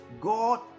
god